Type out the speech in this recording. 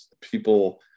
People